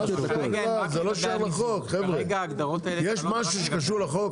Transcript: זה לא קשור לחוק חבר'ה, יש משהו שקשור לחוק?